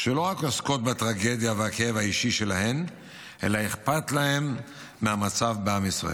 שלא עוסקות רק בטרגדיה והכאב האישי שלהן אלא אכפת להן מהמצב בעם ישראל.